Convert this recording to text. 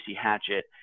Hatchet